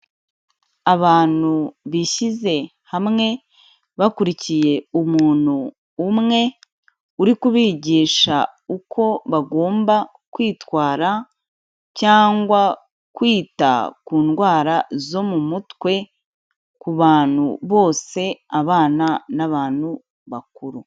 Abantu bishyize hamwe, bakurikiye umuntu umwe uri kubigisha uko bagomba kwitwara cyangwa kwita ku ndwara zo mu mutwe ku bantu bose, abana n'abantu bakuru.